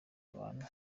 abantu